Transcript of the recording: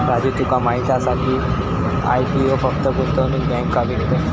राजू तुका माहीत आसा की, आय.पी.ओ फक्त गुंतवणूक बँको विकतत?